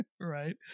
Right